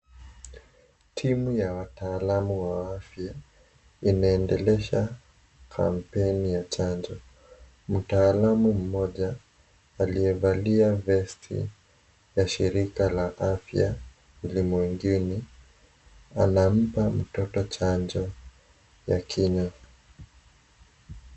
Timu ya wataalamu wa afya, imeendelesha, kamprni ya chanjo, mtaalamu mmoja, aliyevalia vesti, ya shirika la afya ulimwenguni, anampa mtoto chanjo, ya kinywa.